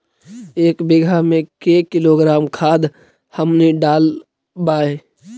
एक बीघा मे के किलोग्राम खाद हमनि डालबाय?